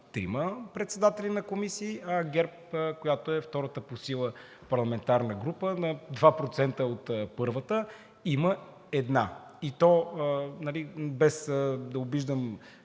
трима председатели на комисии, а ГЕРБ, която е втората по сила парламентарна група – на два процента от първата, има една, и то, без да обиждам